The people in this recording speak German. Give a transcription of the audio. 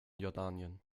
jordanien